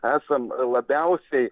esam labiausiai